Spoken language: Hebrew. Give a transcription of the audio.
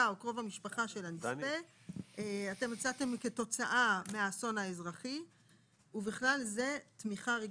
או קרוב המשפחה של הנספה כתוצאה מהאסון האזרחי ובכלל זה תמיכה רגשית,